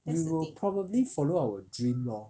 we'll probably follow our dream lor